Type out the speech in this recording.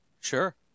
sure